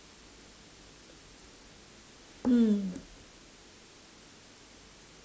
hmm